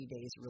days